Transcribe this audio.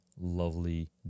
lovely